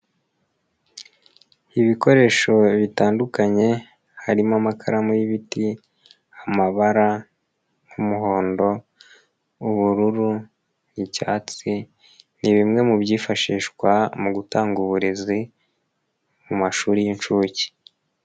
Ibikoresho bitandukanye harimo amakaramu y'ibiti, amabara nk'umuhondo, ubururu, icyatsi ni bimwe mu byifashishwa mu gutanga uburezi mu mashuri y'incuke.